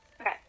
Okay